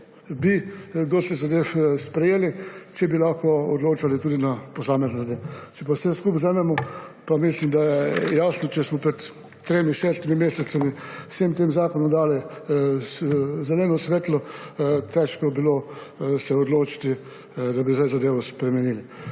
dosti zadev bi sprejeli, če bi lahko odločali tudi o posameznih zadevah. Če pa vse skupaj vzamemo, pa mislim, da je jasno, če smo pred tremi, šestimi meseci temu zakonu dali zeleno luč, se je bilo težko odločiti, da bi sedaj zadevo spremenili.